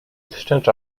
exchange